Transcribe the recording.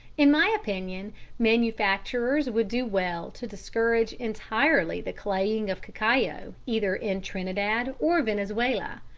in my opinion manufacturers would do well to discourage entirely the claying of cacao either in trinidad or venezuela,